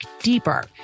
deeper